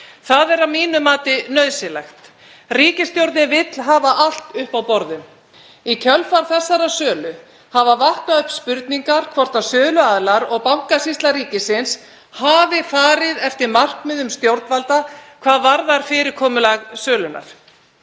Það er að mínu mati nauðsynlegt. Ríkisstjórnin vill hafa allt uppi á borðum. Í kjölfar þessarar sölu hafa vaknað upp spurningar um hvort söluaðilar og Bankasýsla ríkisins hafi farið eftir markmiðum stjórnvalda hvað varðar fyrirkomulag sölunnar.